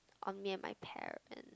on me and my parent